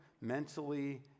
mentally